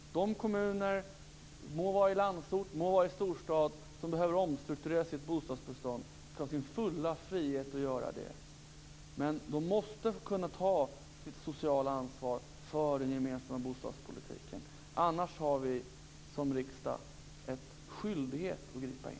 De kommuner - det må vara i landsort eller i storstad - som behöver omstrukturera sitt bostadsbestånd skall ha sin fulla frihet att göra det, men de måste kunna ta sitt sociala ansvar för den gemensamma bostadspolitiken. Annars har vi som riksdag en skyldighet att gripa in.